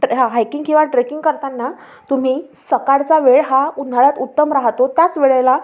ट्र् हा हायकिंग किंवा ट्रेकिंग करताना तुम्ही सकाळचा वेळ हा उन्हाळ्यात उत्तम राहतो त्याच वेळेला